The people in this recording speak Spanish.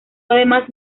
además